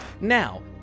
Now